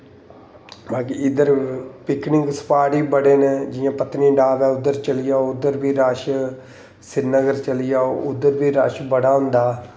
बाकी इद्धर picnic spot बी बड़े न जि'यां पतनीटॉप ऐ उद्धर चली जाओ उद्धर बी रश सिरिनगर चली जाओ उद्धर बी रश बड़ा होंदा ऐ